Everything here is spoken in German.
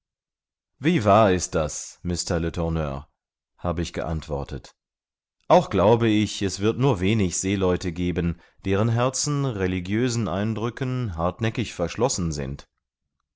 wie wahr ist das mr letourneur habe ich geantwortet auch glaube ich es wird nur wenig seeleute geben deren herzen religiösen eindrücken hartnäckig verschlossen sind